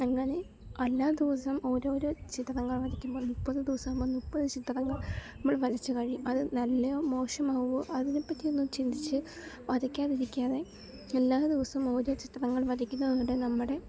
എന്നാൽ എല്ലാ ദിവസവും ഒരോരോ ചിത്രങ്ങൾ വരയ്ക്കുമ്പോൾ മുപ്പത് ദിവസം കൊണ്ട് മുപ്പത് ചിത്രങ്ങൾ നമ്മൾ വരച്ചു കഴിയും അത് നല്ലതോ മോശമോ അതിനെപ്പറ്റി ഒന്നും ചിന്തിച്ച് വരയ്ക്കാതിരിക്കാതെ എല്ലാ ദിവസവും ഓരോ ചിത്രങ്ങൾ വരയ്ക്കുന്നതാവട്ടെ നമ്മുടെ